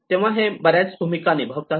तेव्हा हे बऱ्याच भूमिका निभावतात